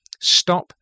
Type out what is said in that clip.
Stop